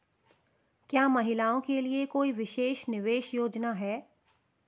क्या महिलाओं के लिए कोई विशेष निवेश योजना है?